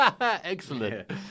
Excellent